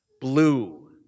blue